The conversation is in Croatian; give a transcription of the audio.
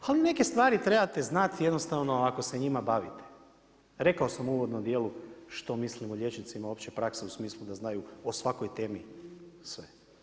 Ali neke stvari trebate znati jednostavno ako se njima bavite, rekao sam u uvodnom djelu što mislim o liječnicima opće prakse u smislu da znaju o svakoj temi sve.